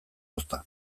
ozta